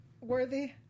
worthy